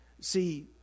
See